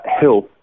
health